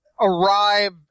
arrive